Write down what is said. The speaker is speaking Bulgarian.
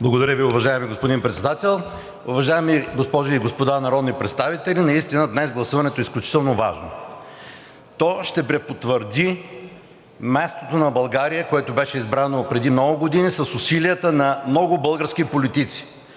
Благодаря Ви, уважаеми господин Председател. Уважаеми госпожи и господа народни представители! Наистина днес гласуването е изключително важно. То ще препотвърди мястото на България, което беше избрано преди много години, с усилията на много български политици.